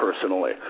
personally